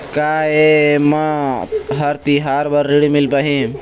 का ये म हर तिहार बर ऋण मिल पाही?